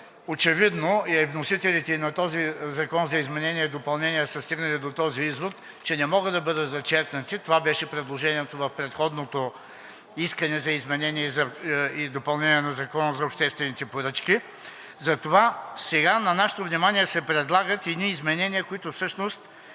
очевидно и вносителите на този Законопроект за изменение и допълнение са стигнали до този извод, че не могат да бъдат зачеркнати – това беше предложението в предходното искане за изменение и допълнение на Закона за обществените поръчки, затова сега на нашето внимание се предлагат едни изменения, които всъщност